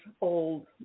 old